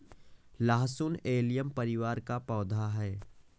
लहसुन एलियम परिवार का एक पौधा है